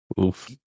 Oof